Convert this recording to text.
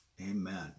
Amen